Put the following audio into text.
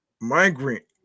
migrant